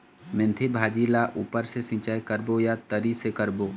मेंथी भाजी ला ऊपर से सिचाई करबो या तरी से करबो?